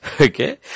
okay